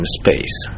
space